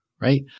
right